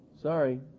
sorry